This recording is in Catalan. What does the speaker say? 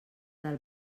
del